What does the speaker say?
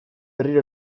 berriro